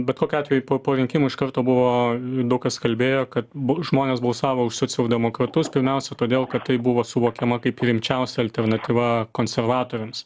bet kokiu atveju po po rinkimų iš karto buvo daug kas kalbėjo kad bu žmonės balsavo už socialdemokratus pirmiausia todėl kad tai buvo suvokiama kaip rimčiausia alternatyva konservatoriams